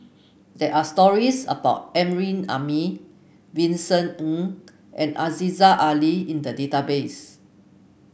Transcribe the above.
there are stories about Amrin Amin Vincent Ng and Aziza Ali in the database